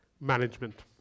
management